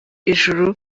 ijuru